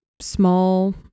small